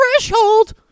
Threshold